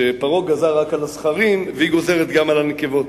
שפרעה גזר רק על הזכרים, והיא גוזרת גם על הנקבות,